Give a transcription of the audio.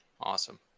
Awesome